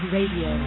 Radio